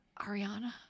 Ariana